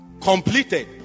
completed